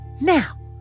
Now